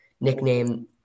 nickname